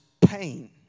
pain